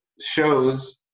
shows